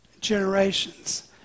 generations